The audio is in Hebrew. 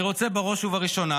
בראש ובראשונה